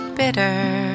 bitter